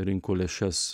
rinko lėšas